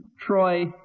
Troy